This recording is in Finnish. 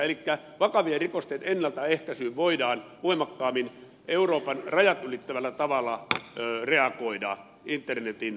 elikkä vakavien rikosten ennaltaehkäisyyn voidaan voimakkaammin euroopan rajat ylittävällä tavalla reagoida internetin radikalisoimisen estämiseksi